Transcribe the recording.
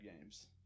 games